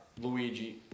Luigi